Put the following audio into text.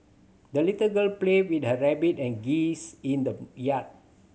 the little girl played with her rabbit and geese in the yard